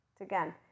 again